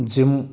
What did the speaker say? gym